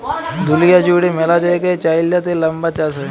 দুঁলিয়া জুইড়ে ম্যালা জায়গায় চাইলাতে লাম্বার চাষ হ্যয়